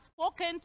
spoken